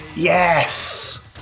Yes